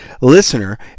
listener